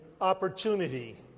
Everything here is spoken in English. opportunity